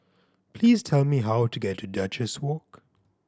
please tell me how to get to Duchess Walk